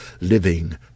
living